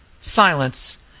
silence